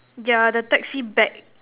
yeah the taxi back